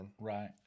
Right